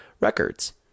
records